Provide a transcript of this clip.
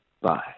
Bye